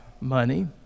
money